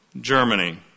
Germany